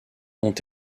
ont